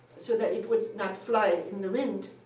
so that it would not fly in the wind.